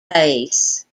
case